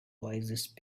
wisest